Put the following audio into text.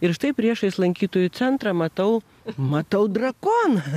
ir štai priešais lankytojų centrą matau matau drakoną